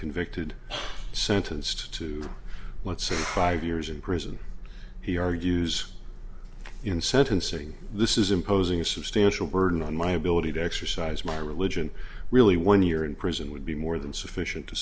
convicted sentenced to let's say five years in prison he argues in sentencing this is imposing a substantial burden on my ability to exercise my religion really when you're in prison would be more than sufficient to